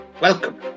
Welcome